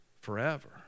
forever